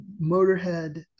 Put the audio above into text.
Motorhead